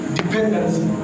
dependency